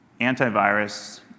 antivirus